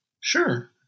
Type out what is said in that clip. Sure